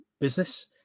business